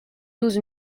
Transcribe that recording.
douze